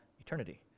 eternity